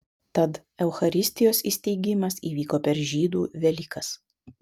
tad eucharistijos įsteigimas įvyko per žydų velykas